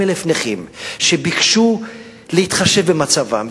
200,000 נכים שביקשו להתחשב במצבם,